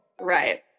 Right